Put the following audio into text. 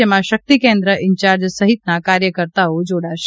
જેમાં શક્તિકેન્દ્ર ઇન્ચાર્જ સહિતના કાર્યકર્તાઓ જોડાશે